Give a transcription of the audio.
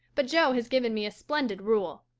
but jo has given me a splendid rule.